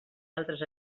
altres